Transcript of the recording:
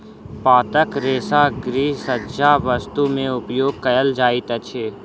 पातक रेशा गृहसज्जा वस्तु में उपयोग कयल जाइत अछि